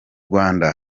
rwanda